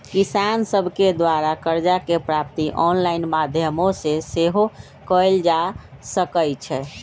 किसान सभके द्वारा करजा के प्राप्ति ऑनलाइन माध्यमो से सेहो कएल जा सकइ छै